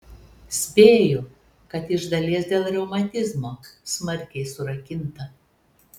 spėju kad iš dalies dėl reumatizmo smarkiai surakinta